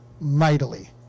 mightily